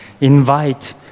invite